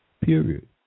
Period